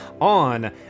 on